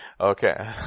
Okay